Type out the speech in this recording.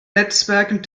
netzwerken